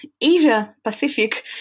Asia-Pacific